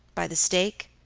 by the stake,